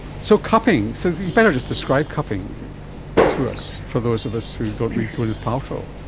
so cupping, so you'd better just describe cupping to us, for those of us who don't read gwyneth paltrow.